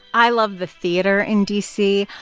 i love the theater in d c.